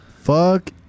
Fuck